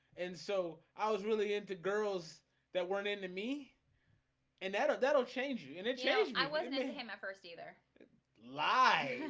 and so i was really into girls that weren't into me and that'll that'll change you in a change. i wasn't in him at first either like